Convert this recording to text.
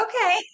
Okay